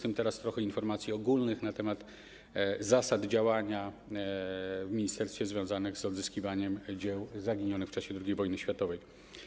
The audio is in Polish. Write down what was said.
Teraz trochę informacji ogólnych na temat zasad działania w ministerstwie związanych z odzyskiwaniem dzieł zaginionych w czasie II wojny światowej.